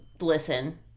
Listen